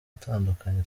atandukanye